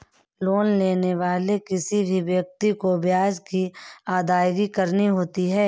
loan लेने वाले किसी भी व्यक्ति को ब्याज की अदायगी करनी होती है